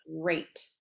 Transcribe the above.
Great